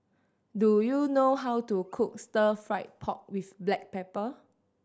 do you know how to cook Stir Fried Pork With Black Pepper